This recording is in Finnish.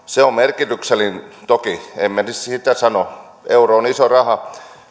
se on merkityksellinen toki en sitä sano euro on iso raha